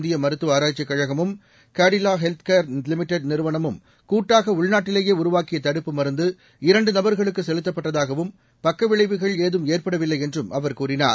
இந்திய மருத்துவ ஆராய்ச்சிக் கழகமும் கடிலா ஹெல்த் கேர் லிமிடெட் நிறுவனமும் கூட்டாக உள்நாட்டிவேயே உருவாக்கிய தடுப்பு மருந்து இரண்டு நபர்களுக்கு செலுத்தப்பட்டதாகவும் பக்கவிளைவுகள் ஏதும் ஏற்படவில்லை என்றும் அவர் கூறினார்